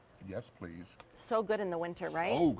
yes. please so good in the winter, right?